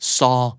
SAW